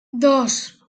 dos